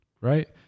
right